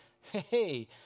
hey